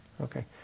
Okay